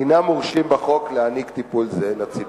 אינם מורשים בחוק להעניק טיפול זה לציבור.